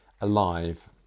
alive